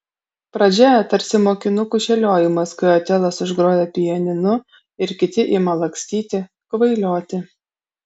pradžia tarsi mokinukų šėliojimas kai otelas užgroja pianinu ir kiti ima lakstyti kvailioti